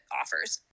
offers